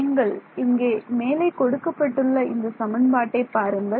நீங்கள் இங்கே மேலே கொடுக்கப்பட்டுள்ள இந்த சமன்பாட்டை பாருங்கள்